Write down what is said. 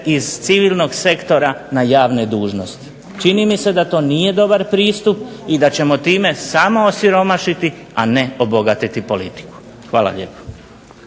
iz civilnog sektora na javne dužnosti. Čini mi se da to nije dobar pristup i da ćemo time samo osiromašiti, a ne obogatiti politiku. Hvala lijepo.